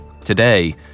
today